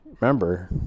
Remember